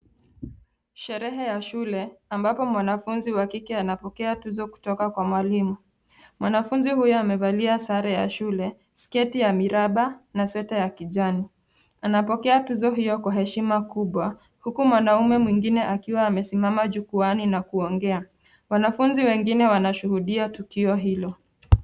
Sherehe ya shule ambao mwanafunzi wa kike anapokea tuzo kutoka kwa mwalimu, mwanafunzi huyu amevalia sare ya shule, sketi ya miraba na sweta ya kijani, anapokea tuzo hio kwa heshima kubwa huku mwanaume mwingine akiwa amesimama jukwaani na kuongea. Wanafunzi wengine wanashuhudia tukio hilo.